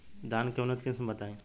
धान के उन्नत किस्म बताई?